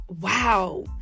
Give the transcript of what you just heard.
wow